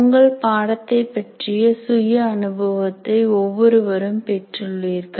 உங்கள் பாடத்தைப் பற்றிய சுய அனுபவத்தை ஒவ்வொருவரும் பெற்றுள்ளீர்கள்